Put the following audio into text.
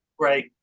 Right